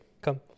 come